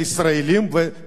ונשמע אותם.